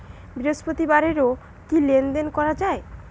বৃহস্পতিবারেও কি লেনদেন করা যায়?